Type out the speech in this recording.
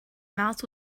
mouth